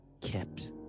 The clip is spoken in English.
kept